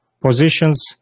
positions